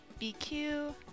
BQ